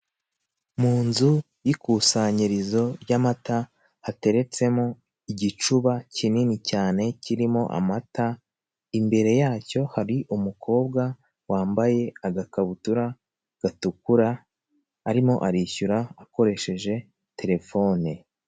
Mu nzu y'ikusanyirizo ry'amata hateretsemo igicuba kinini cyane kirimo amata imbere yacyo hari umukobwa wambaye agakabutura gatukura arimo arishyura akoresheje telefone.